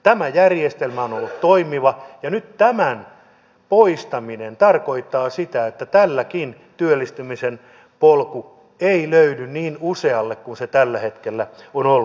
tämä järjestelmä on ollut toimiva ja nyt tämän poistaminen tarkoittaa sitä että tämäkään työllistymisen polku ei löydy niin usealle kuin se tällä hetkellä on löytynyt